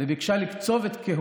וגם ככה